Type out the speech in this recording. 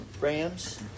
Rams